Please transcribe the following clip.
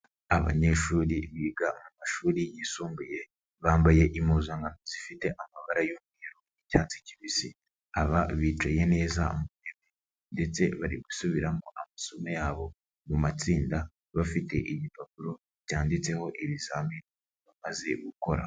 Abanyeshuri biga mu mashuri yisumbuye bambaye impuzankano zifite amabara y'umweru n'icyatsi kibisi. Aba bicaye neza mu ntebe ndetse bari gusubiramo amasomo yabo mu matsinda bafite ibipapuro byanditseho ibizami bamaze gukora.